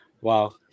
wow